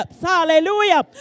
hallelujah